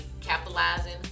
capitalizing